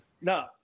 No